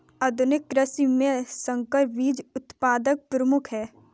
आधुनिक कृषि में संकर बीज उत्पादन प्रमुख है